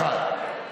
זה דבר אחד.